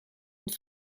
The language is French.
une